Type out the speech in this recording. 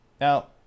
now